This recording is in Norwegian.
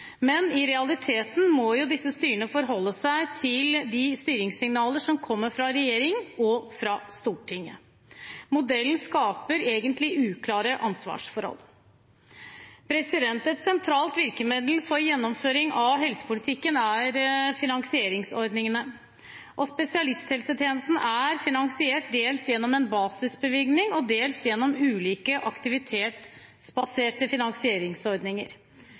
Men i realiteten må disse styrene forholde seg til de styringssignalene som kommer fra regjeringen og fra Stortinget. Modellen skaper egentlig uklare ansvarsforhold. Et sentralt virkemiddel for gjennomføring av helsepolitikken er finansieringsordningene, og spesialisthelsetjenesten er finansiert dels gjennom en basisbevilgning og dels gjennom ulike aktivitetsbaserte finansieringsordninger.